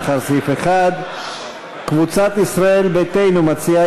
לאחר סעיף 1. קבוצת ישראל ביתנו מציעה